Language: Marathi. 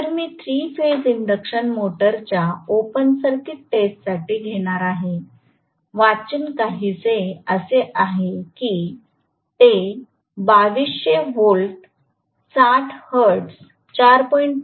तर मी 3 फेज इंडक्शन मोटरच्या ओपन सर्किट टेस्टसाठी घेणार आहे वाचन काहीसे असे आहे की ते 2200 व्होल्ट 60 हर्ट्ज 4